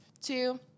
two